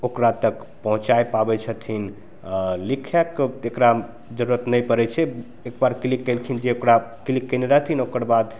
ओकरा तक पहुँचै पाबै छथिन अऽ लिखैके एकरा जरूरत नहि पड़ै छै एकबेर क्लिक कएलखिन कि ओकरा क्लिक कएने रहथिन ने ओकरबाद